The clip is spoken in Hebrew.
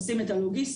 עושים את הלוגיסטיקה,